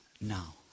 now